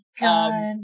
god